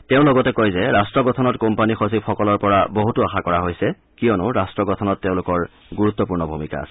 তেওঁ লগতে কয় যে ৰাট্ট গঠনত কোম্পানী সচিবসকলৰ পৰা বহুতো আশা কৰা হৈছে কিয়নো ৰাষ্ট গঠনত তেওঁলোকৰ গুৰুত্বপূৰ্ণ ভূমিকা আছে